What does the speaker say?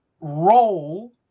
role